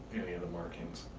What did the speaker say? any of the markings.